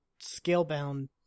Scalebound